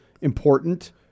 important